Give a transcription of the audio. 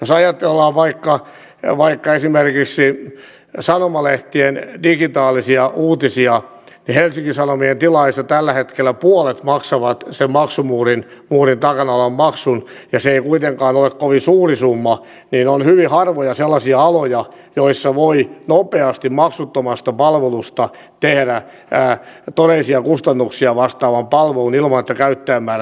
jos ajatellaan vaikka esimerkiksi sanomalehtien digitaalisia uutisia niin helsingin sanomien tilaajista tällä hetkellä puolet maksaa sen maksumuurin takana olevan maksun ja kun se ei kuitenkaan ole kovin suuri summa niin on hyvin harvoja sellaisia aloja joissa voi nopeasti maksuttomasta palvelusta tehdä todellisia kustannuksia vastaavan palvelun ilman että käyttäjämäärät vähenevät